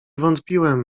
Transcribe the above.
wątpiłem